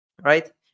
right